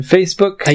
Facebook